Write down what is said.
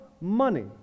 money